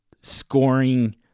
scoring